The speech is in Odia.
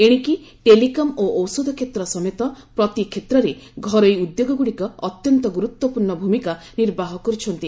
ଏଣିକି ଟେଲିକମ୍ ଓ ଔଷଧ କ୍ଷେତ୍ର ସମେତ ପ୍ରତିକ୍ଷେତ୍ରରେ ଘରୋଇ ଉଦ୍ୟୋଗଗୁଡ଼ିକ ଅତ୍ୟନ୍ତ ଗୁରୁତ୍ୱପୂର୍ଷ ଭୂମିକା ନିର୍ବାହ କରୁଛନ୍ତି